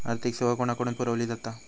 आर्थिक सेवा कोणाकडन पुरविली जाता?